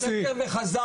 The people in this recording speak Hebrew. זה שקר וכזב,